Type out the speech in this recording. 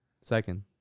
Second